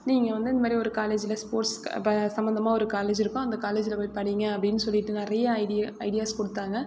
நீங்கள் வந்து இந்தமாதிரி ஒரு காலேஜில் ஸ்போர்ட்ஸ் சம்மந்தமாக ஒரு காலேஜ் இருக்கும் அந்த காலேஜில் போய் படிங்க அப்படினு சொல்லிட்டு நிறைய ஐடியா ஐடியாஸ் கொடுத்தாங்க